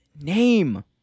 name